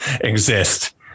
exist